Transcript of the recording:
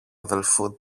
αδελφού